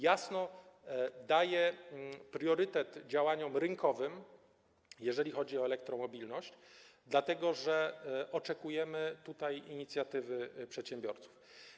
Jasno daje priorytet działaniom rynkowym, jeżeli chodzi o elektromobilność, dlatego że oczekujemy tutaj inicjatywy przedsiębiorców.